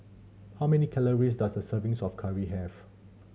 how many calories does a servings of curry have